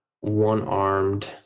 one-armed